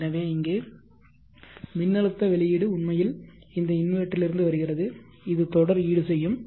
எனவே இங்கே மின்னழுத்த வெளியீடு உண்மையில் இந்த இன்வெர்ட்டரிலிருந்து வருகிறது இது தொடர் ஈடுசெய்யும்